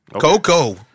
Coco